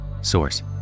Source